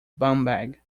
bumbag